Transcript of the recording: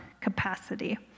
capacity